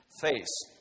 face